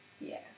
Yes